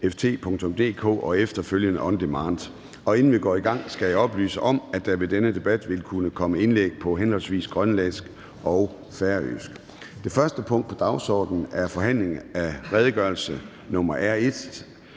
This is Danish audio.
www.ft.dk og efterfølgende on demand. Inden vi går i gang, skal jeg oplyse om, at der ved denne debat vil kunne komme indlæg på henholdsvis grønlandsk og færøsk. --- Det første punkt på dagsordenen er: 1) Forhandling om redegørelse nr.